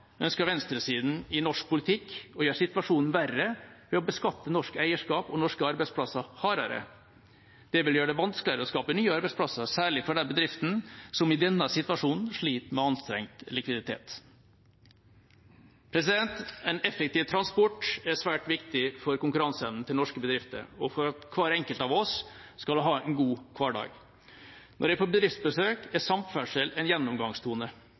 ønsker venstresiden i norsk politikk å gjøre situasjonen verre ved å beskatte norsk eierskap og norske arbeidsplasser hardere. Det vil gjøre det vanskeligere å skape nye arbeidsplasser, særlig for de bedriftene som i denne situasjonen sliter med anstrengt likviditet. En effektiv transport er svært viktig for konkurranseevnen til norske bedrifter og for at hver enkelt av oss skal ha en god hverdag. Når jeg er på bedriftsbesøk, er samferdsel en gjennomgangstone.